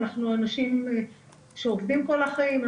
אנחנו אנשים שעובדים כל החיים,